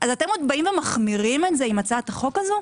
אז אתם עוד באים ומחמירים את זה עם הצעת החוק הזו?